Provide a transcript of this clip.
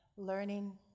Learning